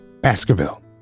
Baskerville